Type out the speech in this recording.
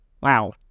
Wow